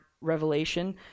revelation